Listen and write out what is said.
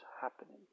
happening